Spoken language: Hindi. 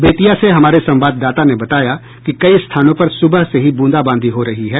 बेतिया से हमारे संवाददाता ने बताया कि कई स्थानों पर सुबह से ही बूंदाबांदी हो रही है